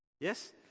Yes